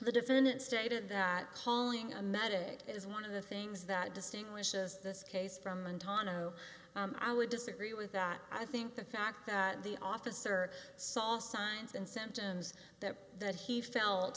the defendant stated that calling a medic is one of the things that distinguishes this case from an tonto i would disagree with that i think the fact that the officer saw signs and symptoms that that he felt